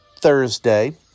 Thursday